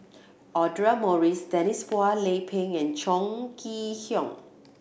Audra Morrice Denise Phua Lay Peng and Chong Kee Hiong